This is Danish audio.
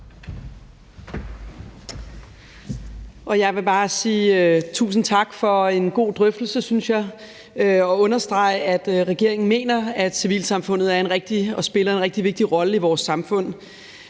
tusind tak for en god drøftelse, synes jeg, og understrege, at regeringen mener, at civilsamfundet spiller en rigtig vigtig rolle i vores samfund.